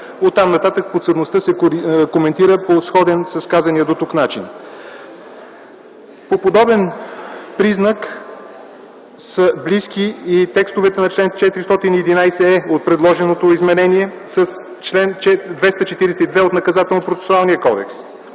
Оттам нататък подсъдността се коментира по сходен с казания дотук начин. По подобен признак са близки и текстовете на чл. 411е от предложеното изменение с чл. 242 от Наказателно-процесуалния кодекс